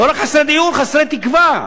לא רק חסרי דיור, חסרי תקווה.